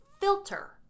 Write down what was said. filter